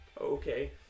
Okay